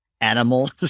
animals